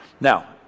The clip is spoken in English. Now